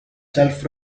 self